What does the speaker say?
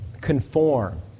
conform